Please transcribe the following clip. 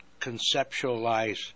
conceptualize